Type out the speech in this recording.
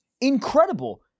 incredible